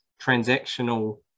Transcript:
transactional